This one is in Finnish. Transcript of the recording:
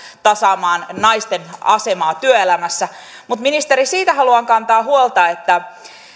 tasaamaan naisten asemaa työelämässä mutta ministeri siitä haluan kantaa huolta että